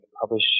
publish